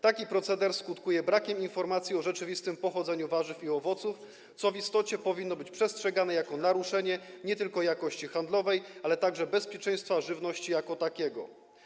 Taki proceder skutkuje brakiem informacji o rzeczywistym pochodzeniu warzyw i owoców, co w istocie powinno być postrzegane jako naruszenie nie tylko jakości handlowej, ale także bezpieczeństwa żywności jako takiego.